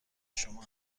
شما